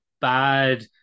bad